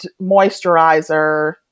moisturizer